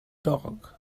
dog